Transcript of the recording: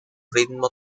ritmo